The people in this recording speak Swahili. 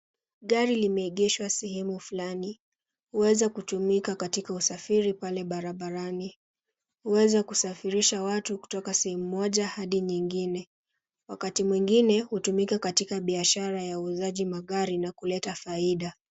Gari limeegeshwa sehemu fulani, huweza kutumika katika usafiri pale barabarani. Huweza kusafirisha watu kutoka sehemu moja hadi nyingine wakati mwingine hutumika katika biashara ya uuzaji magari na kuleta faida.